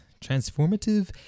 Transformative